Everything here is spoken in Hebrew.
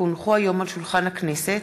כי הונחו היום של שולחן הכנסת,